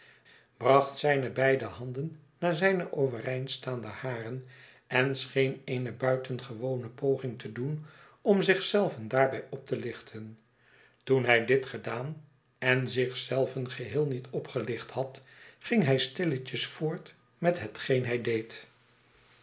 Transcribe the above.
bracht zijne beide handen naar zijne overeindstaande haren en scheen eene buitengewone poging te doen om zich zelven daarbij op te lichten toen hij dit gedaan en zich zelven geheel niet opgelicht had ging hij stilletjes voort met hetgeen hij deed